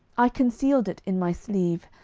i concealed it in my sleeve,